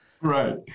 Right